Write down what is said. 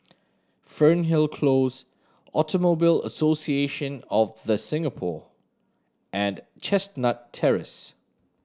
Fernhill Close Automobile Association of The Singapore and Chestnut Terrace